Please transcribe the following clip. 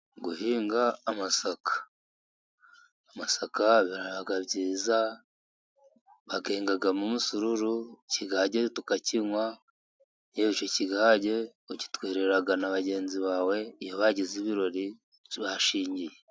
Guhinga amasaka. Amasaka biba byiza bayengamo umusururu, ikigage tukakinywa ,yewe icyo kigage ugitwerera na bagenzi bawe iyo bagize ibirori, bashyingiye.